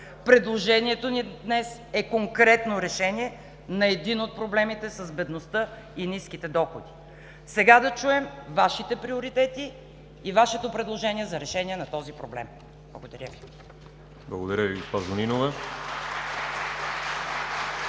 Предложението ни днес е конкретно решение на един от проблемите с бедността и ниските доходи. Сега да чуем Вашите приоритети и Вашето предложение за решение на този проблем. Благодаря Ви. (Ръкопляскания от